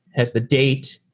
has the date.